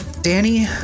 Danny